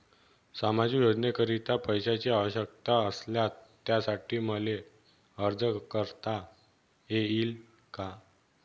सामाजिक योजनेकरीता पैशांची आवश्यकता असल्यास त्यासाठी मला अर्ज करता येईल का?